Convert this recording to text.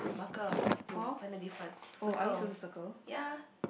marker to find the difference circle ya